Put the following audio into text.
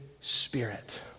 Spirit